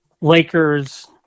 Lakers